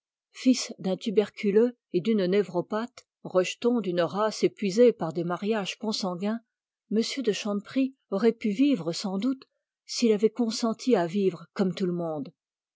fils d'un tuberculeux et d'une névropathe rejeton d'une race épuisée par des mariages consanguins m de chanteprie aurait pu vivre s'il avait consenti à vivre comme tout le monde